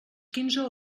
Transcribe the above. quinze